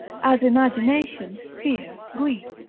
as imagination, fear, grief,